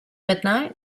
midnight